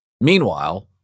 Meanwhile